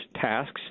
tasks